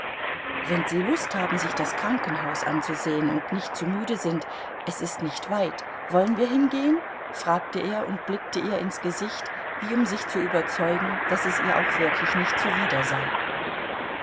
wenn sie lust haben sich das krankenhaus anzusehen und nicht zu müde sind es ist nicht weit wollen wir hingehen fragte er und blickte ihr ins gesicht wie um sich zu überzeugen daß es ihr auch wirklich nicht zuwider sei